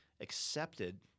accepted